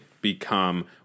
Become